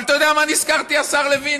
אבל אתה יודע מה נזכרתי, השר לוין?